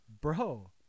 Bro